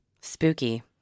spooky